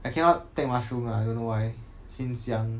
I cannot take mushroom lah I don't know why since young